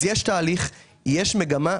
אז יש תהליך, יש מגמה.